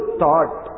thought